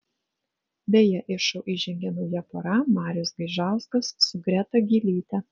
beje į šou įžengė nauja pora marius gaižauskas su greta gylyte